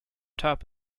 top